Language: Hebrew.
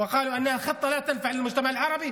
וחלק מהשרים כועסים על הקיצוצים ב-550.